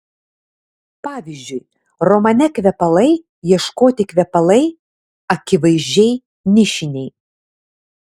pavyzdžiui romane kvepalai ieškoti kvepalai akivaizdžiai nišiniai